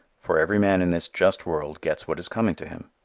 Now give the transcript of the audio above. for every man in this just world gets what is coming to him.